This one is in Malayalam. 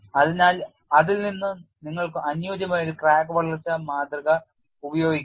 അതിനാൽ അതിൽ നിന്ന് നിങ്ങൾക്ക് അനുയോജ്യമായ ഒരു ക്രാക്ക് വളർച്ചാ മാതൃക ഉപയോഗിക്കാം